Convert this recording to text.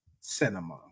cinema